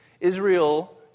Israel